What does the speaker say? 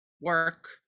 work